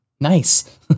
nice